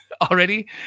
already